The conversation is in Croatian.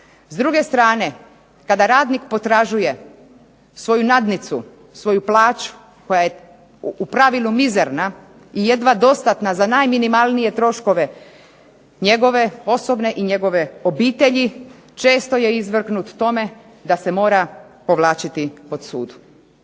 S druge strane, kada radnik potražuje svoju nadnicu, svoju plaću koja je u pravilu mizerna i jedva dostatna za najminimalnije troškove osobne i njegove obitelji, često je izvrgnut tome da se mora povlačiti po sudu.